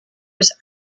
was